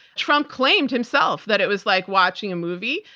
trump claimed himself that it was like watching a movie.